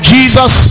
Jesus